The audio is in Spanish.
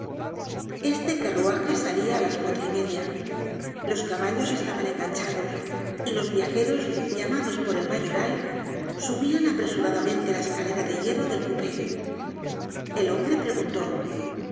este carruaje salia á las cuatro y media los caballos estaban enganchados y los viajeros llamados por el mayoral subian apresura damente la escalera de hierro del cupé el hombre preguntó